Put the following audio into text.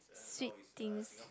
sweet things